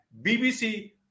BBC